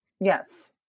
Yes